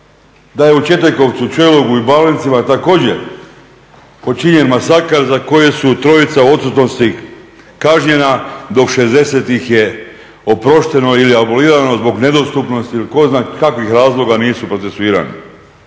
da je u Četekovcu, Čojlugu i Balincima također počinjen masakr za koji su trojica u odsutnosti kažnjena, do 60 ih je oprošteno ili abolirano zbog nedostupnosti ili tko zna kakvih razloga nisu procesuirani.